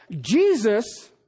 Jesus